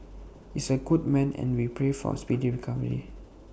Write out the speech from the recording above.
is A good man and we pray for speedy recovery